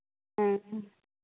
ᱦᱩᱸ